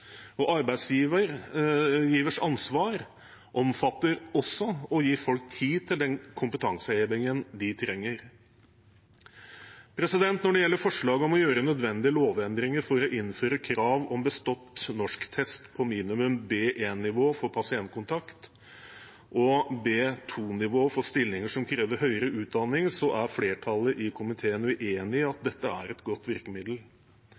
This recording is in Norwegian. ansvar omfatter også å gi folk tid til den kompetansehevingen de trenger. Når det gjelder forslaget om å gjøre nødvendige lovendringer for å innføre krav om bestått norsktest på minimum B1-nivå for pasientkontakt og B2-nivå for stillinger som krever høyere utdanning, er flertallet i komiteen uenig i at dette er et godt virkemiddel.